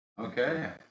Okay